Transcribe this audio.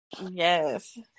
yes